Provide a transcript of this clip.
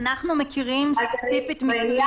בעניין הזה אבקש לומר --- אנחנו מכירים ספציפית מקרים שבהם